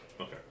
Okay